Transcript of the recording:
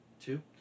Two